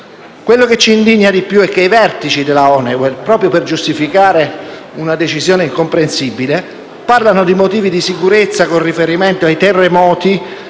Quello che indigna di più è che i vertici della Honeywell, proprio per giustificare una decisione incomprensibile, parlano di motivi di sicurezza, con riferimento ai terremoti